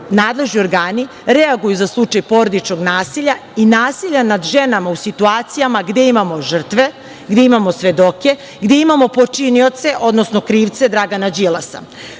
nadležni organi reaguju za slučaj porodičnog nasilja i nasilja nad ženama u situacijama gde imamo žrtve, gde imamo svedoke, gde imamo počinioce odnosno krivce Dragana Đilasa. Zato